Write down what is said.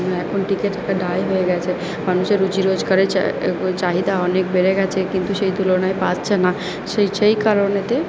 এখন টিকে থাকা দায় হয়ে গেছে মানুষের রুজি রোজগারের চাহিদা অনেক বেড়ে গেছে কিন্তু সেই তুলনায় পাচ্ছে না সে যেই কারণে